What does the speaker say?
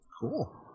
Cool